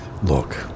Look